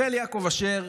החל יעקב אשר